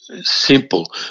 simple